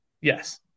Yes